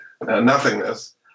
nothingness